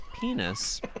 Penis